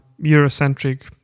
Eurocentric